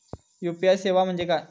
UPI सेवा म्हणजे काय?